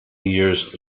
years